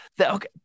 okay